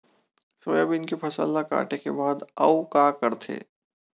Soybean के फसल ल काटे के बाद आऊ का करथे?